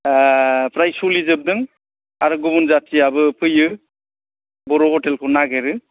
फ्राय सोलिजोबदों आरो गुबुन जाथियाबो फैयो बर' हतेलखौ नागिरो